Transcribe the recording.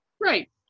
right